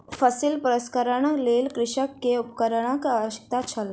फसिल प्रसंस्करणक लेल कृषक के उपकरणक आवश्यकता छल